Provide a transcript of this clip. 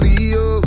Leo